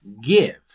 Give